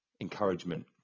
encouragement